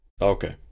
Okay